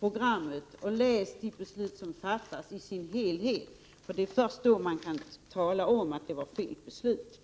programmet i dess helhet och tagit del av de beslut som fattats. Det är först då man kan tala om att beslutet var felaktigt.